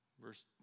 Verse